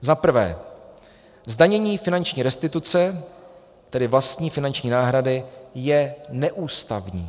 Za prvé, zdanění finanční restituce, tedy vlastní finanční náhrady, je neústavní.